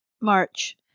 March